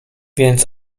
więc